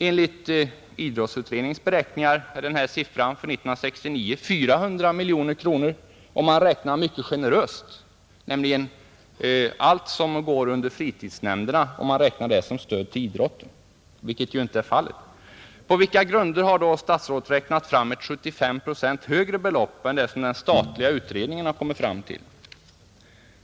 Enligt idrottsutredningens beräkningar är denna siffra för 1969 400 miljoner kronor, om man räknar mycket generöst, nämligen om man räknar allt som går till fritidsnämnderna såsom stöd till idrotten, vilket ju inte är fallet. På vilka grunder har statsrådet räknat fram ett 75 procent högre belopp än det som den statliga utredningen har kommit fram till?